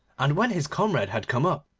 and when his comrade had come up,